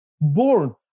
born